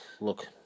look